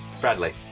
Bradley